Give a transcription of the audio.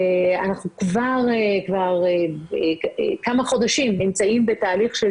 אנחנו כבר כמה חודשים נמצאים בתהליך של